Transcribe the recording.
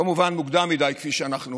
כמובן מוקדם מדי, כפי שאנחנו